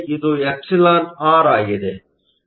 ಇದು εr ಆಗಿದೆ